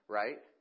right